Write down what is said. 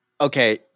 Okay